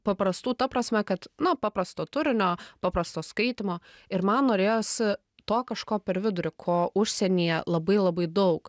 paprastų ta prasme kad nu paprasto turinio paprasto skaitymo ir man norėjosi to kažko per vidurį ko užsienyje labai labai daug